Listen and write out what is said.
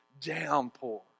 downpour